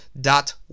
dot